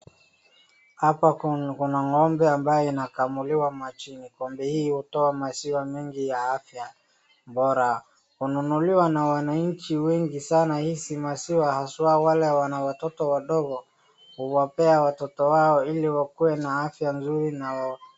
Hapa kuna ng'ombe ambaye inakamuliwa mashine.Ng'ombe hii hutoa maziwa mengi ya afya bora. Hununuliwa na wanachi wengi sana hizi maziwa haswa wale wana watoto wadogo huwapewa na watoto wao ili wakue na afya nzuri.